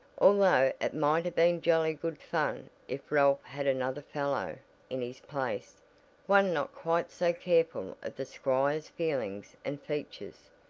although it might have been jolly good fun if ralph had another fellow in his place one not quite so careful of the squire's feelings and features.